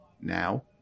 now